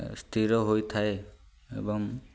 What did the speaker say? ସ୍ଥିର ହୋଇଥାଏ ଏବଂ